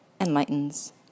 enlightens